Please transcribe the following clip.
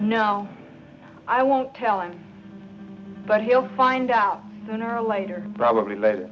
know i won't tell him but he'll find out sooner or later probably l